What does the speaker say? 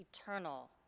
eternal